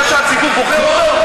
תגיד,